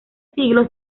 siglo